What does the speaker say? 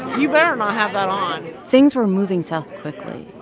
you better not have that on things were moving south quickly.